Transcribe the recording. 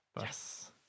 Yes